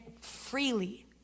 freely